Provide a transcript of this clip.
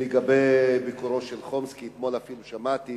לגבי ביקורו של חומסקי, אתמול שמעתי